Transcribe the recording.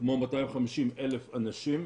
כמו 250,000 אנשים